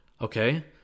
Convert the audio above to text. Okay